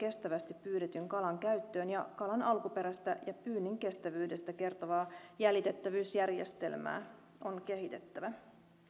kestävästi pyydetyn kalan käyttöön ja kalan alkuperästä ja pyynnin kestävyydestä kertovaa jäljitettävyysjärjestelmää on kehitettävä